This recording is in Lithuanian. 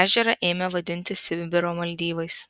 ežerą ėmė vadinti sibiro maldyvais